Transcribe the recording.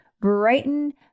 brighten